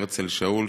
הרצל שאול,